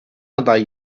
aday